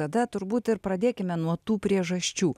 tada turbūt ir pradėkime nuo tų priežasčių